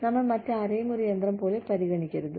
നമ്മൾ മറ്റാരെയും ഒരു യന്ത്രം പോലെ പരിഗണിക്കരുത്